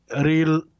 real